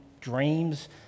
dreams